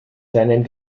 seinen